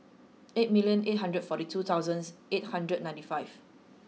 eight million eight hundred forty two thousand eight hundred ninety five